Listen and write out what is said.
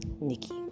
Nikki